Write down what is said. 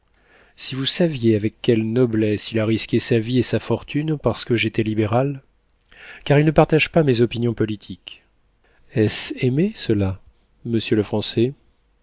si vous saviez avec quelle noblesse il a risqué sa vie et sa fortune parce que j'étais libérale car il ne partage pas mes opinions politiques est-ce aimer cela monsieur le français